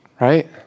right